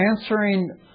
answering